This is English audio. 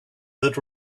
that